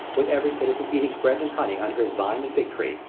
with every citizen eating bread and honey under his vine and fig-tree,